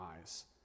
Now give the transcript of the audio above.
eyes